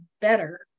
better